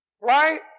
right